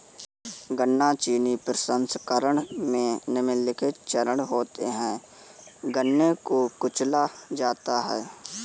गन्ना चीनी प्रसंस्करण में निम्नलिखित चरण होते है गन्ने को कुचला जाता है